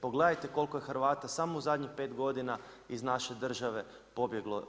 Pogledajte koliko je Hrvata samo u zadnjih 5 godina iz naše države pobjeglo.